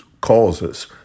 causes